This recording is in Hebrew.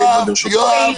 ברשותך.